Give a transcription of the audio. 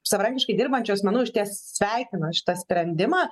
savarankiškai dirbančių asmenų išties sveikina šitą sprendimą